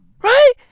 Right